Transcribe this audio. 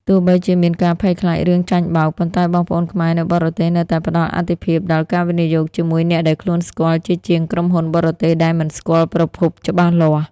ទោះបីជាមានការភ័យខ្លាចរឿងចាញ់បោក ប៉ុន្តែបងប្អូនខ្មែរនៅបរទេសនៅតែផ្ដល់អាទិភាពដល់ "ការវិនិយោគជាមួយអ្នកដែលខ្លួនស្គាល់" ជាជាងក្រុមហ៊ុនបរទេសដែលមិនស្គាល់ប្រភពច្បាស់លាស់។